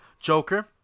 Joker